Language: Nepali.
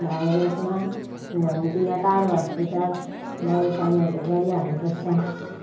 भाया रोडमा भ्यानतिर टाढो हस्पिटल दबाईपानीहरू गरिहाल्नुपर्छ